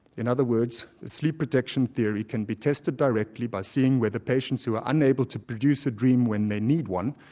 in other words, the sleep protection theory can be tested directly by seeing whether patients who are unable to produce a dream when they need one,